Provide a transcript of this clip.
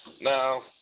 Now